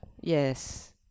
yes